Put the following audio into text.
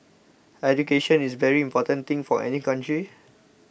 education is a very important thing for any country